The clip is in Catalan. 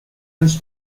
ens